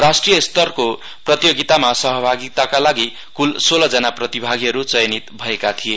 राष्ट्रिय स्तरको प्रतियोगितामा सहभागिताका लागि कूल सोलहजना प्रतिभागीहरू चयनित भएका थिए